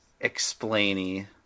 explainy